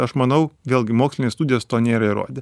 aš manau vėlgi mokslinės studijos to nėra įrodę